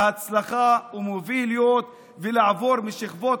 כלי להצלחה ומוביליות ולעבור משכבות